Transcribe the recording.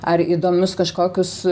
ar įdomius kažkokius